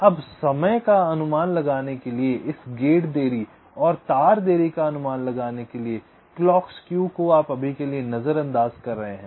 अब समय का अनुमान लगाने के लिए इस गेट देरी और तार देरी का अनुमान लगाने के लिए क्लॉक स्क्यू को आप अभी के लिए नज़रअंदाज़ कर रहे हैं